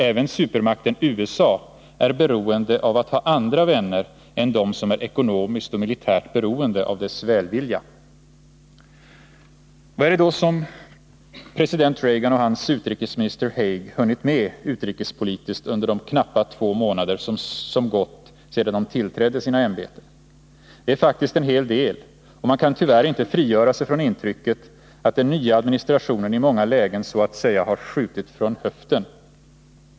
Även supermakten USA är beroende av att ha andra vänner än dem som är ekonomiskt och militärt beroende av dess välvilja. Vad är det då som president Reagan och hans utrikesminister Haig hunnit med utrikespolitiskt under de knappa två månader som gått sedan de tillträdde sina ämbeten? Det är faktiskt en hel del, och man kan tyvärr inte frigöra sig från intrycket att den nya administrationen i många lägen så att säga har skjutit från höften.